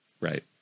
right